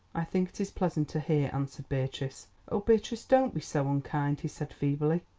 i think it is pleasanter here, answered beatrice. oh, beatrice, don't be so unkind, he said feebly.